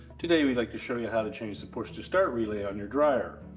today we'd like to show you how to change the push-to-start relay on your dryer.